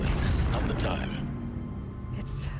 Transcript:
not the time it's.